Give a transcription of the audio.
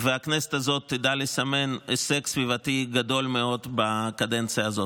והכנסת הזאת תדע לסמן הישג סביבתי גדול מאוד בקדנציה הזאת.